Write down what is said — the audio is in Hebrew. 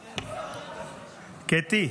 קטי,